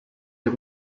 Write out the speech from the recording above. der